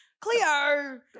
Cleo